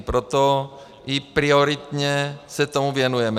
Proto i prioritně se tomu věnujeme.